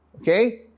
Okay